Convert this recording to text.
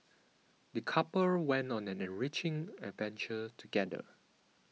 the couple went on an enriching adventure together